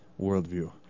worldview